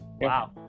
Wow